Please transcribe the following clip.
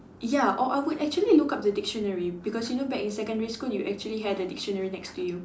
ya or I would actually look up the dictionary because you know back in secondary school you actually had a dictionary next to you